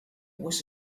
was